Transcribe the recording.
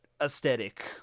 aesthetic